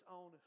on